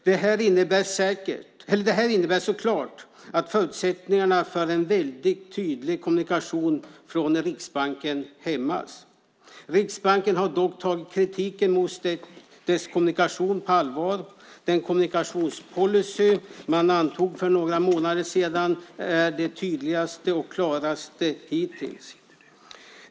Det här innebär så klart att förutsättningarna för en väldigt tydlig kommunikation från Riksbanken hämmas. Riksbanken har dock tagit kritiken mot dess kommunikation på allvar. Den kommunikationspolicy man antog för några månader sedan är den tydligaste och klaraste hittills.